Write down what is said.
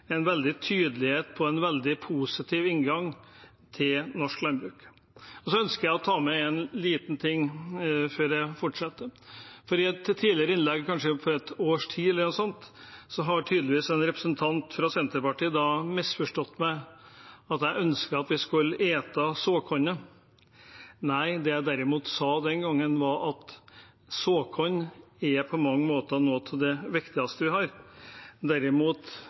en veldig tydelighet på en veldig positiv inngang til norsk landbruk. Så ønsker jeg å ta med en liten ting før jeg fortsetter. I et tidligere innlegg, kanskje for et års tid siden eller noe sånt, har tydeligvis en representant fra Senterpartiet misforstått meg og trodd at jeg ønsket at vi skulle ete såkornet. Nei, det jeg derimot sa den gangen, var at såkorn på mange måter er noe av det viktigste vi har. Hvis jeg derimot